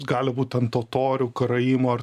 gali būt ant totorių karaimų ar